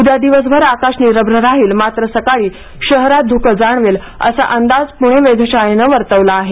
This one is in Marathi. उद्या दिवसभर आकाश निरभ्र राहिल मात्र सकाळी शहरात धूके जाणवेल असा अंदाज पूणे वेधशाळेने वर्तवला आहे